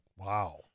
Wow